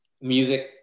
music